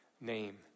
name